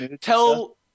Tell